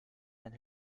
and